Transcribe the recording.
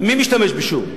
מי משתמש בשום?